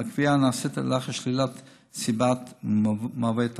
והקביעה נעשית לאחר שלילית סיבות מוות אחרות.